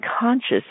conscious